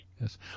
yes